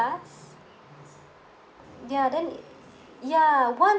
ya then it ya once